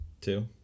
two